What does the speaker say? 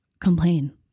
complain